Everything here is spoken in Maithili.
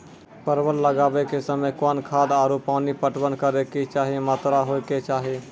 परवल लगाबै के समय कौन खाद आरु पानी पटवन करै के कि मात्रा होय केचाही?